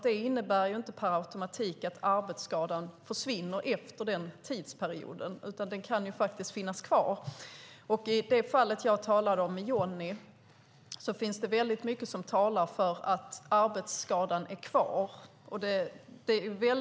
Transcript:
Det innebär inte per automatik att arbetsskadan försvinner efter den tidsperioden, utan den kan ju faktiskt finnas kvar. I det fall jag talade om - Johnny - finns det mycket som talar för att arbetsskadan är kvar.